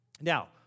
Now